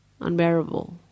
unbearable